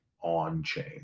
on-chain